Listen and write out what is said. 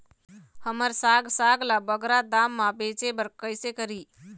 हमर साग साग ला बगरा दाम मा बेचे बर कइसे करी?